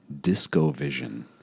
DiscoVision